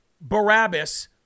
Barabbas